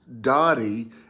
Dottie